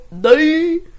day